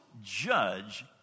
judge